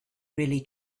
really